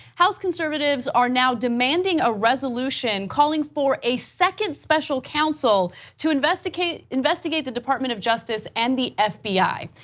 house conservatives are now demanding a resolution calling for a second special counsel to investigate investigate the department of justice and the fbi.